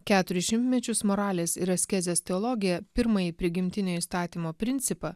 keturis šimtmečius moralės ir askezės teologija pirmąjį prigimtinio įstatymo principą